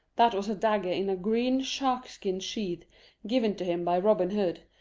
that was a dagger in a green shark-skin sheath given to him by robin hood,